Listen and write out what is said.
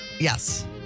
Yes